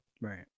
Right